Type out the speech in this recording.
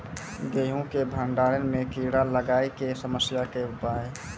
गेहूँ के भंडारण मे कीड़ा लागय के समस्या के उपाय?